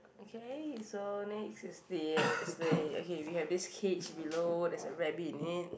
okay so next is the is the okay we have this cage below there is a rabbit in it